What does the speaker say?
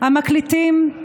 המקליטים,